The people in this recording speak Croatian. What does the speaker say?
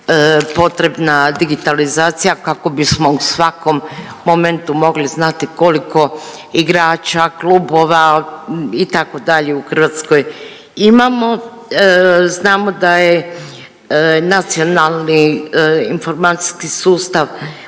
potrebna digitalizacija kako bismo u svakom momentu mogli znati koliko igrača, klubova itd. u Hrvatskoj imamo. Znamo da je nacionalni informacijski sustav